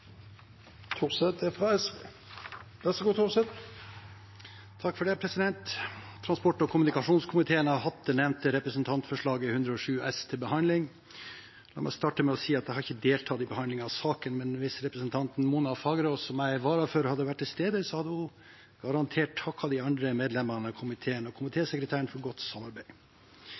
Transport- og kommunikasjonskomiteen har hatt det nevnte representantforslaget, 8: 107 S, til behandling. La meg starte med å si at jeg ikke har deltatt i behandlingen av saken, men hvis representanten Mona Fagerås, som jeg er vara for, hadde vært til stede, hadde hun garantert takket de andre medlemmene av komiteen og komitésekretæren for godt samarbeid.